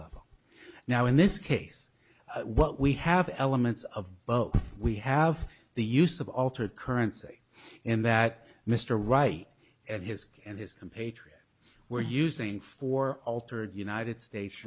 level now in this case what we have elements of both we have the use of altered currency in that mr right at his and his compatriots were using for altered united states